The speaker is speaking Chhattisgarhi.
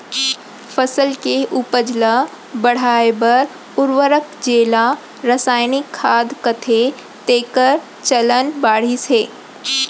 फसल के उपज ल बढ़ाए बर उरवरक जेला रसायनिक खाद कथें तेकर चलन बाढ़िस हे